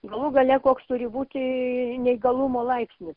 galų gale koks turi būti neįgalumo laipsnis